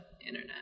internet